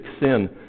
sin